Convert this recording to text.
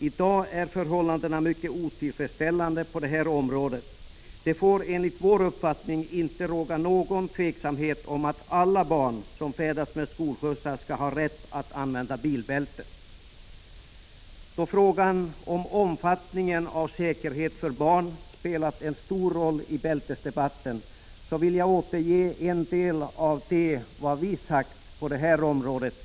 I dag är förhållandena mycket otillfredsställande på det här området. Det får enligt vår uppfattning inte råda någon tveksamhet om kravet att alla barn som färdas med skolskjutsar skall ha rätt att använda bilbälte. Eftersom frågan om omfattningen av säkerheten för barn har spelat en stor roll i bilbältesdebatten vill jag återge en del av det vi sagt i den frågan.